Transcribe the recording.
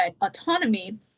autonomy